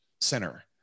center